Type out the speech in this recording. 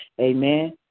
Amen